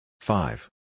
Five